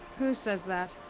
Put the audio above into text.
who says that?